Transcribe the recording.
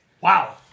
Wow